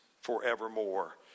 forevermore